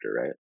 right